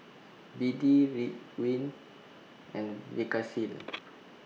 B D Ridwind and Vagisil